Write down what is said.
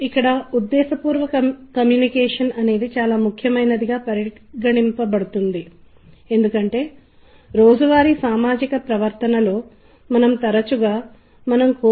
నేను ఒక ఉదాహరణ ఇస్తాను పూజ కోసం అగరబత్తిల ఉత్పత్తిని చెప్పడానికి మీ వద్ద ఒక ప్రకటన ఉందని అనుకోండి దాని వెనుక మృదువైన పియానో ప్లే అవుతుందని ఊహించుకోండి